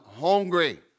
hungry